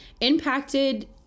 impacted